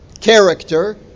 character